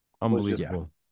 Unbelievable